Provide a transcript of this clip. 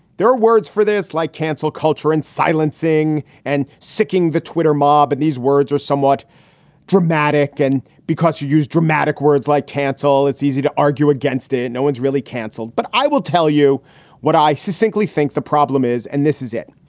there are words for this like cancel culture and silencing and sicking the twitter mob. and these words are somewhat dramatic. and because you use dramatic words like cancel, it's easy to argue against it. no one's really cancelled. but i will tell you what i specifically think the problem is, and this is it.